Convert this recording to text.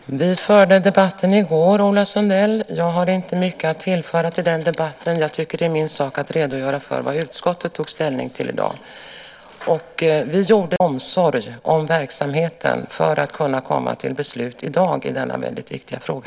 Herr talman! Vi förde debatten i går, Ola Sundell. Jag har inte mycket att tillföra den debatten. Jag tycker att det är min sak att redogöra för vad utskottet tog ställning till i dag. Vi gjorde det av omsorg om verksamheten för att kunna komma till beslut i dag i denna väldigt viktiga fråga.